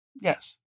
Yes